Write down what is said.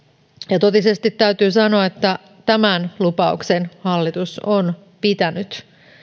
ja totisesti täytyy sanoa että tämän lupauksen hallitus on pitänyt